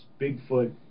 Bigfoot